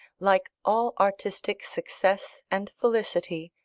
like all artistic success and felicity,